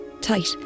Tight